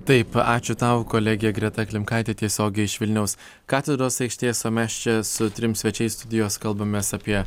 taip ačiū tau kolegė greta klimkaitė tiesiogiai iš vilniaus katedros aikštės o mes čia su trim svečiais studijos kalbamės apie